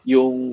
Yung